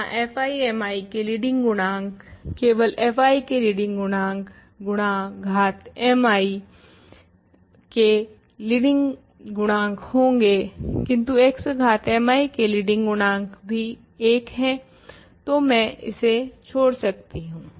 यहाँ fi mi के leading गुणांक केवल fi के लीडिंग गुणांक गुणा x घात mi के लीडिंग गुणांक होंगे किन्तु x घात mi के लीडिंग गुणांक भी 1 हें तो मैं इसे छोड़ सकती हूँ